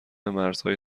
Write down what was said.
مرزهای